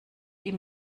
ihm